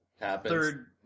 third